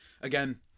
Again